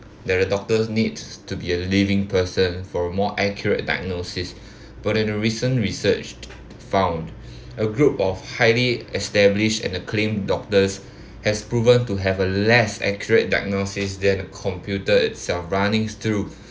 that a doctor needs to be a living person for a more accurate diagnosis but in a recent research found a group of highly established and acclaimed doctors has proven to have a less accurate diagnosis than a computer itself running through